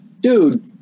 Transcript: dude